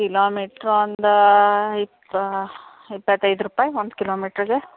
kilometre ಒಂದು ಇಪ್ಪ ಇಪ್ಪತ್ತೈದು ರೂಪಾಯಿ ಒಂದು ಕಿಲೋಮೀಟ್ರಿಗೆ